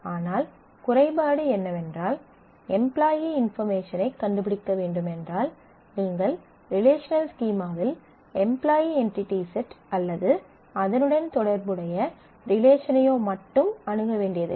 ஆனால் குறைபாடு என்னவென்றால் எம்ப்லாயீ இன்பார்மேஷனைக் கண்டுபிடிக்க வேண்டும் என்றால் நீங்கள் ரிலேஷனல் ஸ்கீமாவில் எம்ப்லாயீ என்டிடி செட் அல்லது அதனுடன் தொடர்புடைய ரிலேஷனையோ மட்டும் அணுக வேண்டியதில்லை